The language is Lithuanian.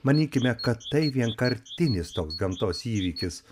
manykime kad tai vienkartinis toks gamtos įvykis